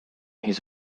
his